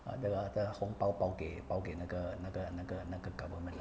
ah the ah the 红包包给包给那个那个那个那个 government